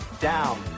down